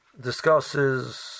discusses